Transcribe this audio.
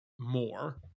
more